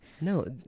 No